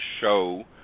show